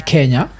Kenya